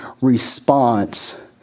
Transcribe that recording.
response